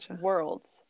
worlds